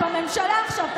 את בממשלה עכשיו.